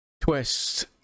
twist